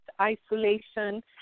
isolation